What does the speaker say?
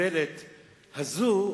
האיוולת הזו,